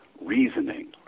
reasoning